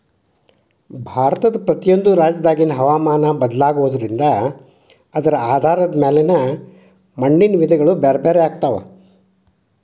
ಭಾರತದ ಪ್ರತಿಯೊಂದು ರಾಜ್ಯದಾಗಿನ ಹವಾಮಾನ ಬದಲಾಗೋದ್ರಿಂದ ಅದರ ಆಧಾರದ ಮ್ಯಾಲೆ ಮಣ್ಣಿನ ವಿಧಗಳು ಬ್ಯಾರ್ಬ್ಯಾರೇ ಆಗ್ತಾವ